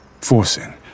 Forcing